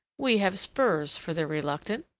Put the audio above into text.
we have spurs for the reluctant.